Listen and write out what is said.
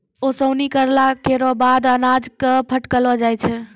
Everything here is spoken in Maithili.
ओसौनी करला केरो बाद अनाज क फटकलो जाय छै